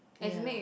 ya